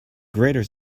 greater